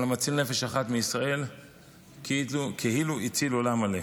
וכל המציל נפש אחת מישראל כאילו הציל עולם מלא.